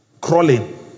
crawling